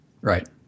Right